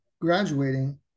graduating